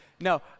no